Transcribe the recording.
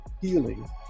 healing